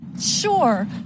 sure